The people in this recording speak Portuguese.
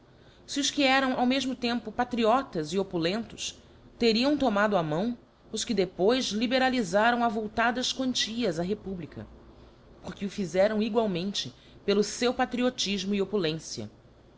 se os que eram ao mefmo tempo patriotas e opulentos teriam tomado a mão os que depois liberalifaram avultadas quantias á republica porque o fizeram egualmeote a oração da coroa sq pelo feu patriotifmo e opulência